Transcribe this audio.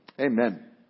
Amen